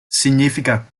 significa